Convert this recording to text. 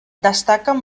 destaquen